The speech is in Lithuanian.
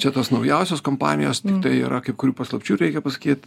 čia tos naujausios kompanijos yra kaip kurių paslapčių reikia pasakyt